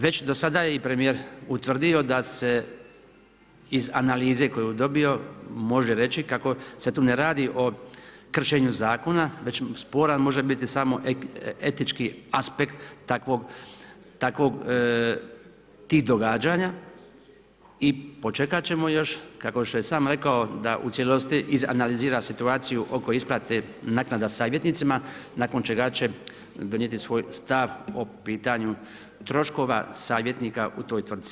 Već do sada je i premijer utvrdio da se iz analize koju je dobio može reći kako se tu ne radi o kršenju zakona već sporan može biti samo etički aspekt takvog, tih događanja i počekat ćemo još kao što je sam rekao da u cijelosti izanalizira situaciju oko isplate naknade savjetnicima nakon čega će donijeti svoj stav o pitanju troškova savjetnika u toj tvrtci.